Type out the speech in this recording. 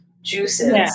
juices